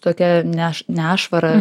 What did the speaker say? tokia neš nešvara